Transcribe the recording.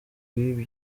bigwi